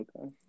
Okay